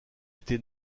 été